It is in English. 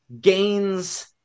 gains